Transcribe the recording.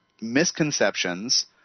misconceptions